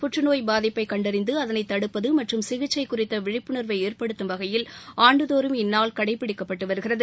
புற்றநோய் பாதிப்பை கண்டறிந்து அதனை தடுப்பது மற்றும் சிகிச்சை குறித்த விழிப்புணர்வு ஏற்படுத்தும் வகையில் ஆண்டுதோறும் இந்நாள் கடைப்பிடிக்கப்பட்டு வருகிறது